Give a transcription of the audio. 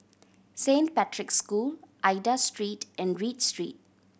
Saint Patrick's School Aida Street and Read Street